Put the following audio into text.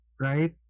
right